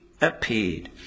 appeared